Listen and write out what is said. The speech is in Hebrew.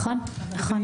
נכון.